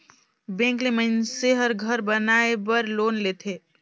bank ले मइनसे हर घर बनाए बर लोन लेथे